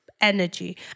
energy